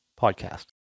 podcast